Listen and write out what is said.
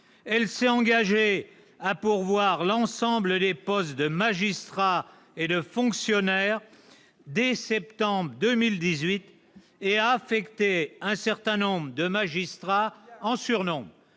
elle s'est engagée à pourvoir l'ensemble des postes de magistrat et de fonctionnaire dès septembre 2018 et à affecter un certain nombre de magistrats en surnombre.